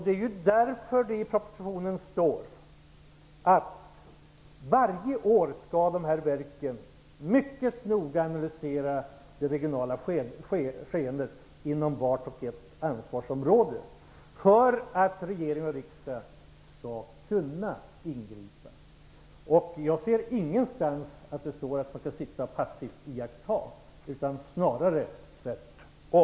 Det är därför det i propositionen står att de här verken varje år mycket noga skall analysera det regionala skeendet inom vart och ett ansvarsområde för att regering och riksdag skall kunna ingripa. Jag ser ingenstans att det står att man passivt skall iaktta, snarare tvärtom.